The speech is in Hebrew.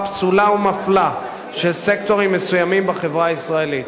פסולה ומפלה של סקטורים מסוימים בחברה הישראלית.